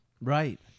Right